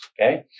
okay